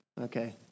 Okay